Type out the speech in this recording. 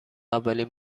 اولین